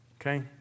Okay